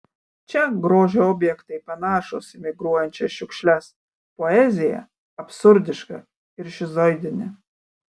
čia grožio objektai panašūs į migruojančias šiukšles poezija absurdiška ir šizoidinė